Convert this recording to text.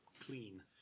Clean